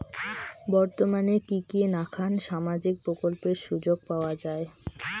বর্তমানে কি কি নাখান সামাজিক প্রকল্পের সুযোগ পাওয়া যায়?